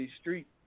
Street